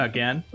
Again